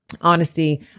honesty